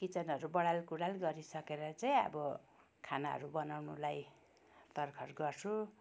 किचनहरू बडाल कुडाल गरिसकेर चाहिँ अब खानाहरू बनाउनुलाई तर्खर गर्छु